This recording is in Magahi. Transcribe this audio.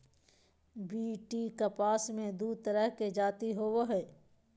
बी.टी कपास मे दू तरह के जाति होबो हइ